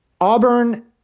Auburn